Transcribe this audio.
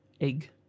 egg